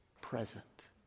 present